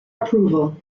approval